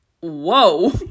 whoa